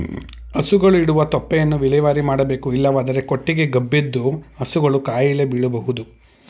ಹಸುಗಳು ಇಡುವ ತೊಪ್ಪೆಯನ್ನು ವಿಲೇವಾರಿ ಮಾಡಬೇಕು ಇಲ್ಲವಾದರೆ ಕೊಟ್ಟಿಗೆ ಗಬ್ಬೆದ್ದು ಹಸುಗಳು ಕಾಯಿಲೆ ಬೀಳಬೋದು